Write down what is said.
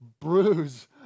bruise